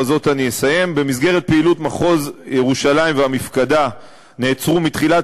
בזה אני אסיים: במסגרת פעילות מחוז ירושלים והמפקדה נעצרו מתחילת